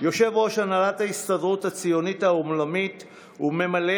יושב-ראש הנהלת ההסתדרות הציונית העולמית וממלא